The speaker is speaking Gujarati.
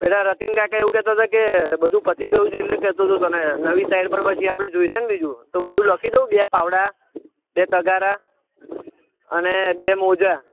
પેલા રતીનકાકા એવું કહેતા તા કે બધું પતી ગયું છે એટલે કહેતો તો તને નવી સાઈડ પર પછી આપણે જોઇશે ને બીજું તો બધું લખી દઉં બે પાવડા બે તગારાં અને બે મોજા